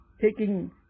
taking